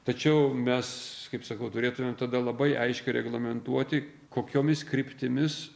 tačiau mes kaip sakau turėtumėm tada labai aiškiai reglamentuoti kokiomis kryptimis